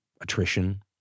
attrition